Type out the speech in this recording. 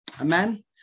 Amen